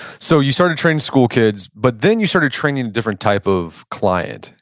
so you started training schoolkids, but then you started training a different type of client.